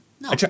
No